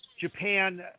Japan